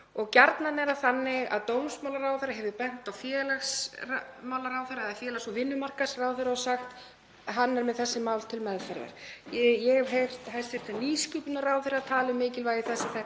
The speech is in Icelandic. Gjarnan er það þannig að dómsmálaráðherra hefur bent á félags- og vinnumarkaðsráðherra og sagt: Hann er með þessi mál til meðferðar. Ég hef heyrt hæstv. nýsköpunarráðherra tala um mikilvægi þess að þetta